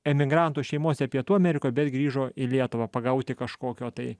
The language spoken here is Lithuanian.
emigrantų šeimose pietų amerikoj bet grįžo į lietuvą pagauti kažkokio tai